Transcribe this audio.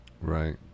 Right